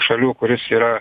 šalių kuris yra